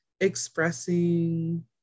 expressing